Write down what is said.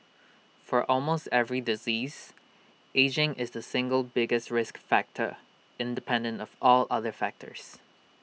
for almost every disease ageing is the single biggest risk factor independent of all other factors